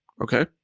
Okay